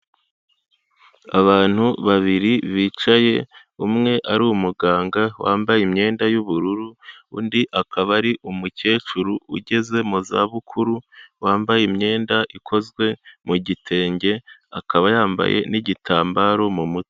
Abantu babiri bicaye, umwe ari umuganga wambaye imyenda y'ubururu, undi akaba ari umukecuru ugeze mu zabukuru, wambaye imyenda ikozwe mu gitenge, akaba yambaye n'igitambaro mu mutwe.